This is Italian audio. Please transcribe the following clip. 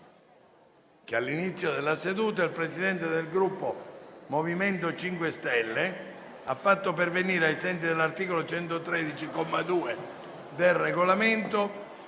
che all'inizio della seduta il Presidente del Gruppo MoVimento 5 Stelle ha fatto pervenire, ai sensi dell'articolo 113, comma 2, del Regolamento,